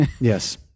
Yes